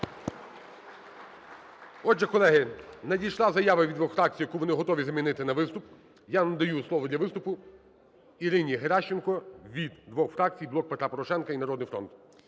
Отже, колеги, надійшла заява від двох фракцій, яку вони готові замінити на виступ. Я надаю слово для виступу Ірині Геращенко від двох фракцій: "Блок Петра Порошенка" і "Народний фронт".